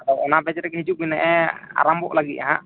ᱟᱫᱚ ᱚᱱᱟ ᱵᱮᱪ ᱨᱮᱜᱮ ᱦᱤᱡᱩᱜᱢᱮ ᱱᱮᱜᱼᱮ ᱟᱨᱚᱢᱵᱷᱚᱜ ᱞᱟᱹᱜᱤᱫ ᱦᱟᱜ